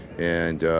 and,